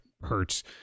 hurts